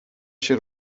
się